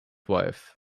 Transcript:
wife